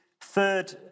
third